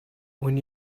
when